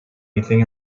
anything